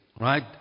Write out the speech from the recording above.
Right